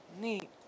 Neat